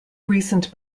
recent